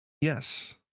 Yes